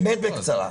באמת בקצרה.